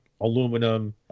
aluminum